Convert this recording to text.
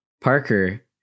Parker